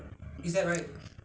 uh